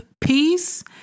peace